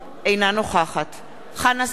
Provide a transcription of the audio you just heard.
אינה נוכחת חנא סוייד,